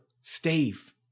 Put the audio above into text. Steve